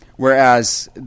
Whereas –